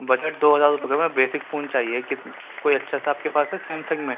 budget دو ہزار روپے کا ہے میں بیسک فون چاہیے کوئی اچھا سا ہے آپ کے پاس سیمسنگ میں